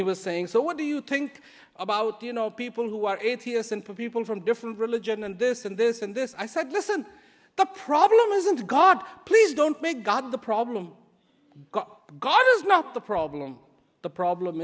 he was saying so what do you think about you know people who are atheists and people from different religion and this and this and this i said listen the problem isn't god please don't make god the problem god is not the problem the problem